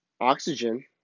oxygen